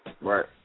Right